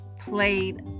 played